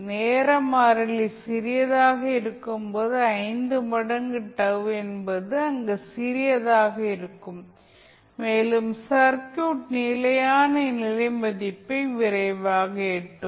நேர மாறிலி சிறியதாக இருக்கும்போது 5 மடங்கு τ என்பது அங்கே சிறியதாக இருக்கும் மேலும் சர்க்யூட் நிலையான நிலை மதிப்பை விரைவாக எட்டும்